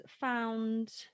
found